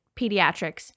pediatrics